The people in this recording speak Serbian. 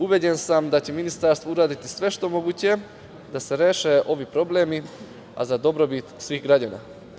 Ubeđen sam da će ministar uraditi sve što je moguće da se reše ovi problemi, a za dobrobit svih građana.